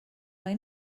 این